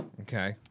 Okay